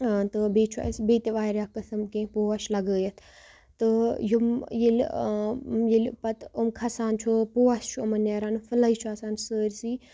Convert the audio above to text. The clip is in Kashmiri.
تہٕ بیٚیہِ چھُ اَسہِ بیٚیہِ تہِ واریاہ قٕسٕم کیٚنٛہہ پوش لَگٲوِتھ تہٕ یِم ییٚلہِ ییٚلہِ پَتہٕ یِم کھَسان چھُ پوش چھُ یِمَن نیران پھُلَے چھُ آسان سٲرسٕے